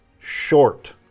Short